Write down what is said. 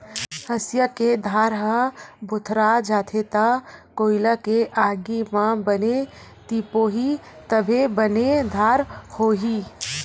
हँसिया के धार ह भोथरा जाथे त कोइला के आगी म बने तिपोही तभे बने धार होही